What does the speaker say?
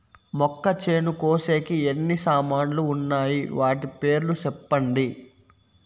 మొక్కచేను కోసేకి ఎన్ని సామాన్లు వున్నాయి? వాటి పేర్లు సెప్పండి?